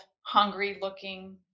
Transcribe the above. hungry-looking